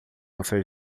você